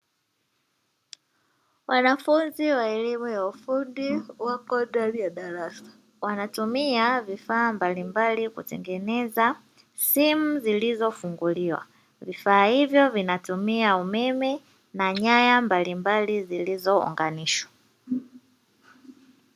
Wanafunzi wa elimu ya ufundi wapo ndani ya darasa wanatumia vifaa mblimbali kutengeneza simu zilizofunguliwa vifaa hivyo vinatumia umeme na nyaya mbalimbali zilizounganishwa.